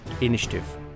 Initiative